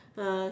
uh